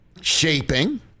shaping